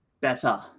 better